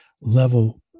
level